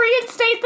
reinstate